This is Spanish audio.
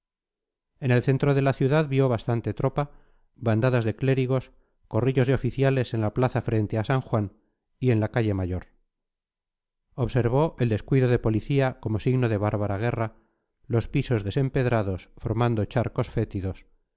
en el centro de la ciudad vio bastante tropa bandadas de clérigos corrillos de oficiales en la plaza frente a san juan y en la calle mayor observó el descuido de policía como signo de bárbara guerra los pisos desempedrados formando charcos fétidos